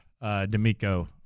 D'Amico